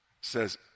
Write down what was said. says